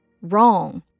Wrong